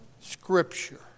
scripture